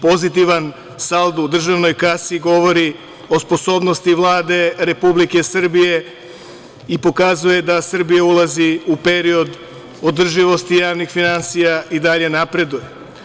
Pozitivan saldo u državnoj kasi govori o sposobnosti Vlade Republike Srbije i pokazuje da Srbija ulazi u period održivosti javnih finansija i dalje napreduje.